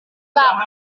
bank